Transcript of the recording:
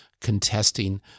contesting